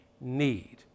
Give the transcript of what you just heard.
need